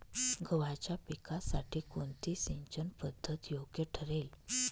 गव्हाच्या पिकासाठी कोणती सिंचन पद्धत योग्य ठरेल?